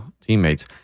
teammates